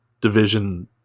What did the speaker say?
Division